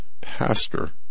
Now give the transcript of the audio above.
pastor